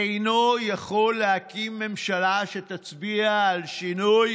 אינו יכול להקים ממשלה שתצביע על שינוי